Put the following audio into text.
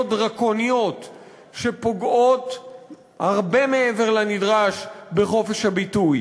דרקוניות שפוגעות הרבה מעבר לנדרש בחופש הביטוי.